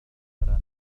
القهوة